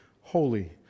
holy